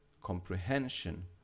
comprehension